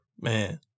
Man